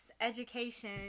education